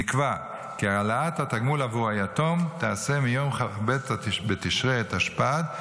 נקבע כי העלאת התגמול בעבור היתום תעשה מיום ב' בתשרי התשפ"ד,